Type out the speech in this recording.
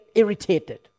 irritated